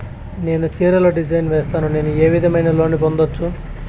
నేను చీరలు డిజైన్ సేస్తాను, నేను ఏ విధమైన లోను పొందొచ్చు